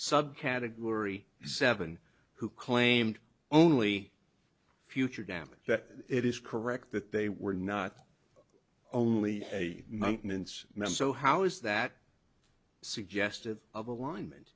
subcategory seven who claimed only future damage that it is correct that they were not only a month mintz men so how is that suggestive of alignment